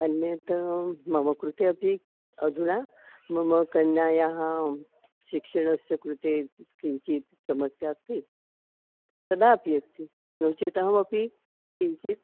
अन्यत् मम कृते अपि अधुना मम कन्यायाः शिक्षणस्य कृते किञ्चित् समस्या अस्ति तदपि अस्ति नो चेत् अहमपि किञ्चित्